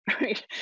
right